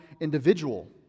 individual